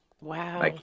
Wow